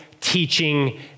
teaching